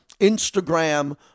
Instagram